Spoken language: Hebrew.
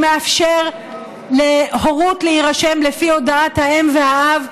שמאפשר להורות להירשם לפי הודעת האם והאב,